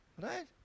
Right